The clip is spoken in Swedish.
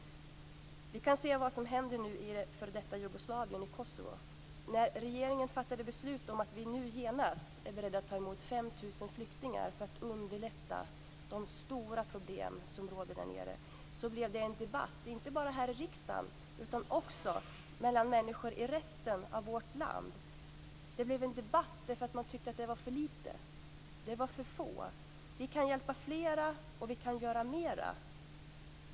Vi kan se vad som händer i det f.d. Jugoslavien - i Kosovo. När regeringen fattade beslut om att vi nu genast är beredda att ta emot 5 000 flyktingar för att underlätta de stora problem som råder där nere blev det en debatt inte bara här i riksdagen utan också mellan människor i resten av vårt land. Det blev en debatt därför att man tyckte att det var för lite. Det var för få. Vi kan hjälpa flera, och vi kan göra mera.